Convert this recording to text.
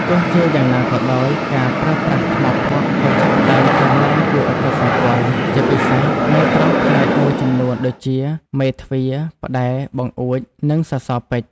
ទោះជាយ៉ាងណាក៏ដោយ ការប្រើប្រាស់ ថ្មភក់ ក៏ចាប់ផ្តើមកើនឡើងគួរឱ្យកត់សម្គាល់ ជាពិសេសនៅត្រង់ផ្នែកមួយចំនួនដូចជា មេទ្វារ ផ្តែរ បង្អួច និងសសរពេជ្រ។